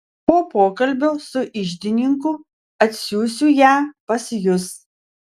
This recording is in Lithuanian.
po pokalbio su iždininku atsiųsiu ją pas jus